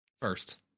first